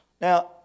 now